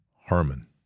Harmon